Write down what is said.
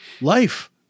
life